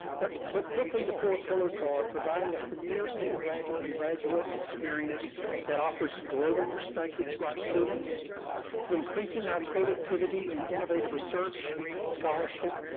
but but quickly, the four pillars ah are, providing a premier undergraduate and graduate experience that offers a global perspective to our students to increasing our productivity and innovative research, scholarship,